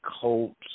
Colts